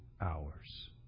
hours